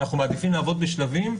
אנחנו מעדיפים לעבוד בשלבים,